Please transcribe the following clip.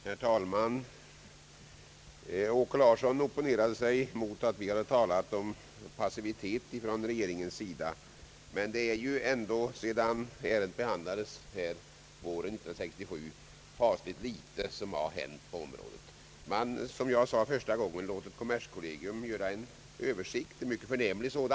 Herr talman! Herr Åke Larsson opponerade sig mot att vi hade talat om passivitet från regeringens sida. Men sedan ärendet behandlades våren 1967 är det ändå fasligt litet som har hänt. Som jag sade i mitt första inlägg har man låtit kommerskollegium göra en mycket förnämlig översikt.